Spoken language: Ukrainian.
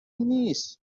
ніс